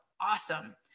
awesome